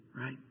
right